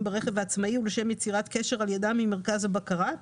ברכב העצמאי ולשם יצירת קשר על ידם עם מרכז הבקרה,